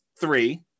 three